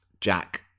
Jack